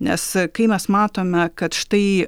nes kai mes matome kad štai